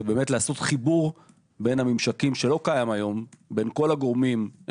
זה לעשות חיבור בין הממשקים וכל הגורמים,